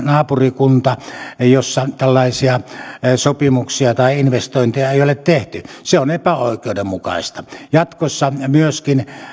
naapurikunta jossa tällaisia sopimuksia tai investointeja ei ole tehty se on epäoikeudenmukaista jatkossa myöskin